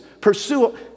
Pursue